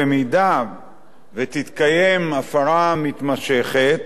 אם תתקיים הפרה מתמשכת,